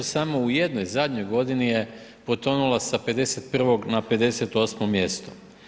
Samo u jednoj, zadnjoj godini je potonula sa 51 na 58 mjesto.